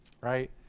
right